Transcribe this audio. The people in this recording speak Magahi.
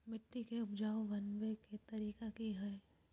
मिट्टी के उपजाऊ बनबे के तरिका की हेय?